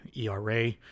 ERA